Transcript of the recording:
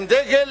עם דגל